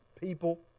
people